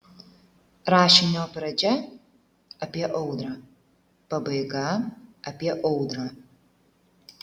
rašinio pradžia apie audrą pabaiga apie audrą